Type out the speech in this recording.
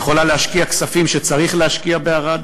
יכולה להשקיע כספים שצריך להשקיע בערד,